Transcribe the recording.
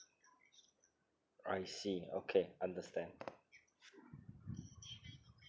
I see okay understand